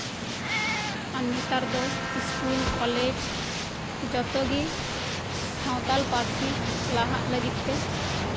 ᱟᱨ ᱱᱮᱛᱟᱨ ᱫᱚ school college ᱡᱚᱛᱚ ᱜᱮ ᱥᱟᱱᱛᱟᱞ ᱯᱟᱹᱨᱥᱤ ᱞᱟᱦᱟᱜ ᱞᱟᱹᱜᱤᱫ ᱛᱮ